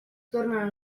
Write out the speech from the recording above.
tornen